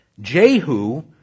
Jehu